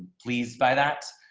please buy that.